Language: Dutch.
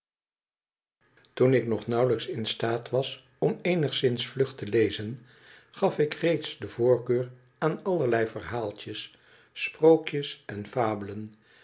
toen ik nog nauwelijks in staat was om eenigszins vlug te lezen gaf ik reeds de voorkeur aan allerlei verhaaltjes sprookjes en fabelen